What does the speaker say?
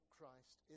Christ